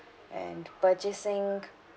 and purchasing